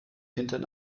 hinten